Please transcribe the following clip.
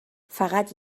فقط